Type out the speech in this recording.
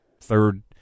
third